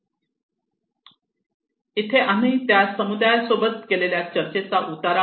इथे हा आम्ही त्या समुदायासोबत केलेल्या चर्चेचा उतारा आहे